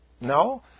no